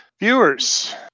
Viewers